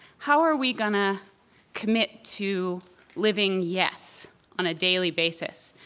how are we going to commit to living yes on a daily basis?